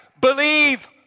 Believe